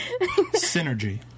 Synergy